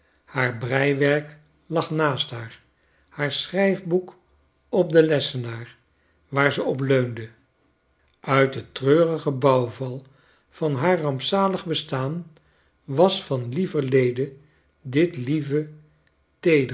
haar breiwerk lag naast haar haar schrijfboek op den lessenaar waar ze op leunde uit den treurigen bouwval van haar rampzalig bestaan was van lieverlede dit lieve